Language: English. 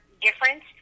difference